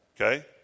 okay